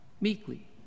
meekly